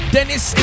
Dennis